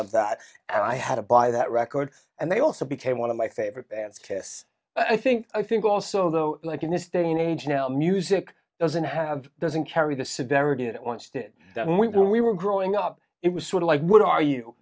of that and i had to buy that record and they also became one of my favorite bands kiss i think i think also though like in this day and age now music doesn't have doesn't carry the severity it wants that when we were growing up it was sort of like what are you